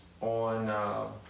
on